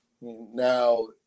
now